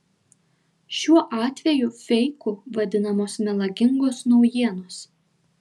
šiuo atveju feiku vadinamos melagingos naujienos